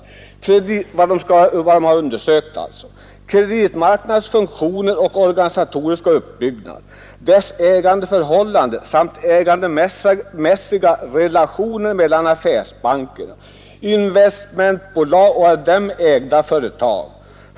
Utredningen gällde ”kreditmarknadens funktioner och organisatoriska uppbyggnad, dess ägandeförhållanden samt ägandemässiga relationer mellan affärsbanker, investmentbolag och av dem ägda företag.